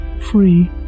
free